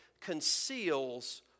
conceals